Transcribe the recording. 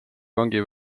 vangi